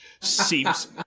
seems